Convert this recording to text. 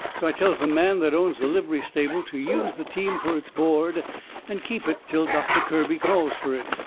so i tells the man that owns the livery stable to use the team fur its board and keep it till doctor kirby calls fur it,